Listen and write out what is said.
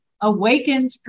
awakened